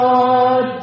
God